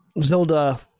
Zelda